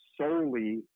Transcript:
solely